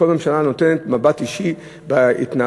שכל ממשלה נותנת מבט אישי בהתנהלות